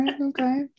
Okay